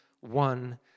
one